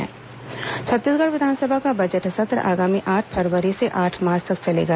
विधानसभा budget सत्र छत्तीसगढ़ विधानसभा का बजट सत्र आगामी आठ फरवरी से आठ मार्च तक चलेगा